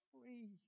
free